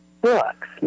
books